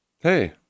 Hey